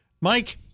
mike